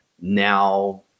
Now